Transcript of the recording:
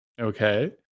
Okay